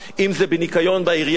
אם בניקיון בעירייה,